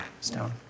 Stone